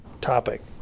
topic